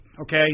Okay